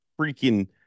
freaking